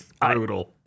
Brutal